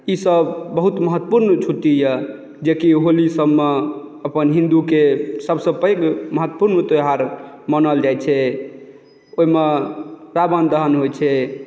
ईसभ बहुत महत्वपुर्ण छुट्टी यए जेकि होलीसभमे अपन हिन्दुके सभसँ पैघ महत्वपूर्ण त्यौहार मानल जाइत छै ओहिमे रावण दहन होइत छै